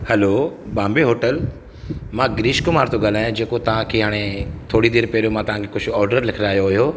hello Bombay hotel मां गिरीश कुमार थो ॻाल्हायां जेको तव्हांखे हाणे थोरी देरि पहिरियों मां तव्हांखे कुझु ऑडर लिखरायो हुओ